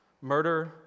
murder